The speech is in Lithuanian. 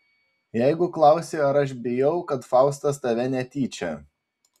jeigu klausi ar aš bijau kad faustas tave netyčia